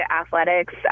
athletics